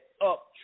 up